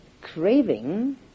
craving